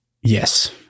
Yes